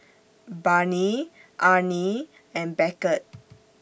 Barney Arne and Beckett